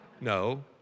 No